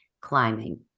climbing